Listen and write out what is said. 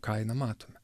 kaina matome